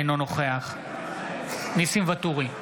אינו נוכח ניסים ואטורי,